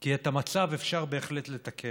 כי את המצב אפשר בהחלט לתקן,